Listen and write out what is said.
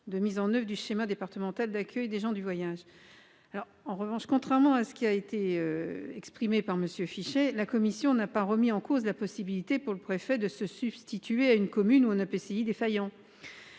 de mise en oeuvre du schéma départemental d'accueil des gens du voyage. Contrairement à ce qu'a dit M. Fichet, la commission n'a pas remis en cause la possibilité pour le préfet de se substituer à une commune ou un EPCI défaillant,